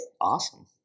Awesome